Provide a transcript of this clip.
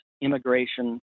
immigration